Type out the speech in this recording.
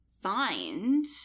find